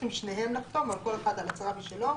שניהם צריכים לחתום, כל אחד על הצהרה משלו.